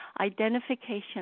Identification